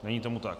Není tomu tak.